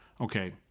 okay